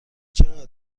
چقدر